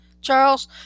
Charles